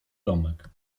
domek